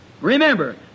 remember